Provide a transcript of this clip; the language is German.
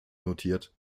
notiert